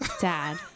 Dad